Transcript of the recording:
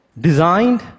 designed